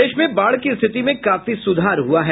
प्रदेश में बाढ़ की स्थिति में काफी सुधार हुआ है